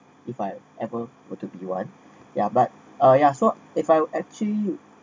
if I ever were to be one yeah but uh yeah so if I actually